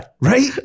Right